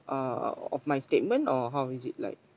uh of my statement or how is it like